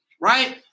Right